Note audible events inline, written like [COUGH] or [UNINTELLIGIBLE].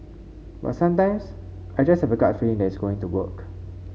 but sometimes I just have a gut [UNINTELLIGIBLE] [UNINTELLIGIBLE] it's going to work